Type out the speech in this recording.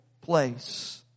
place